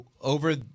over